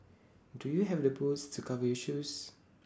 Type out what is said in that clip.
do you have the boots to cover your shoes